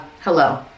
hello